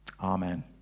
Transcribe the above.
Amen